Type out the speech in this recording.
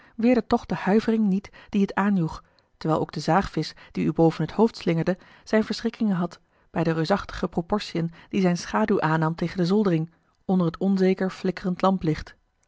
weerde toch de huivering niet die het aanjoeg terwijl ook de zaagvisch die u boven het hoofd slingerde zijne verschrikkingen had bij de reusachtige proportiën die zijne schaduw aannam tegen de zoldering onder het onzeker flikkerend